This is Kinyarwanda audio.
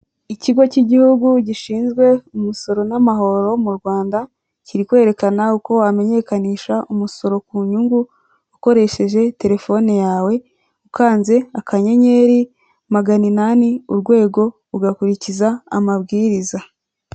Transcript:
Ikigo cy'igihugu gishinzwe umusoro n'amahoro mu Rwanda, kiri kwerekana uko wamenyekanisha umusoro ku nyungu ukoresheje terefone yawe, ukanze akanyenyeri magana inani urwego ugakurikiza amabwiriza.